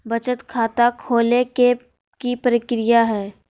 बचत खाता खोले के कि प्रक्रिया है?